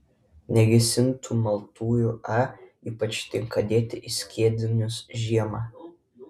negesintų maltųjų a ypač tinka dėti į skiedinius žiemą